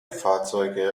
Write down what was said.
fahrzeuge